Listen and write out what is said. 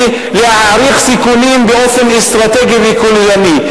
להעריך סיכונים באופן אסטרטגי וכוללני.